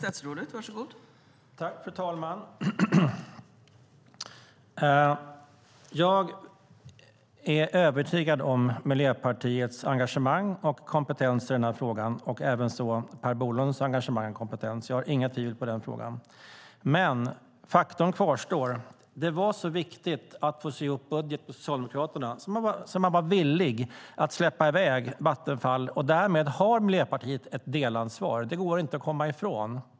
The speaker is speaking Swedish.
Fru talman! Jag är övertygad om Miljöpartiets engagemang och kompetens i frågan. Det gäller även Per Bolunds engagemang och kompetens. Jag har inga tvivel i den frågan. Faktum kvarstår dock att det var så viktigt att få sy ihop en budget med Socialdemokraterna att man var villig att släppa i väg Vattenfall. Därmed har Miljöpartiet ett delansvar; det går inte att komma ifrån.